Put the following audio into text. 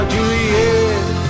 Juliet